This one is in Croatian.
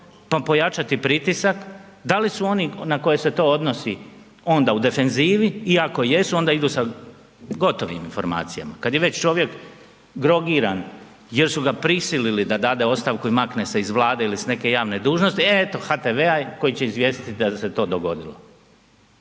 pa pojačati pritisak, da li su oni na koje se to odnosi onda u defenzivi i ako jesu onda idu sa gotovom informacijama, kad je već čovjek drogiran jer su ga prisilili da dade ostavku i makne se iz Vlade ili s neke javne dužnosti, eto HTV-a koji će izvijestiti da se to dogodilo.